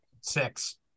six